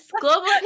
Global